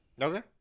okay